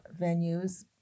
venues